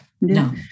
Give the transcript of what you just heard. No